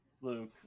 Luke